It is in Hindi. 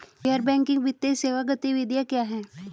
गैर बैंकिंग वित्तीय सेवा गतिविधियाँ क्या हैं?